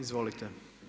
Izvolite.